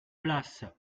place